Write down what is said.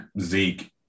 Zeke